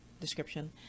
description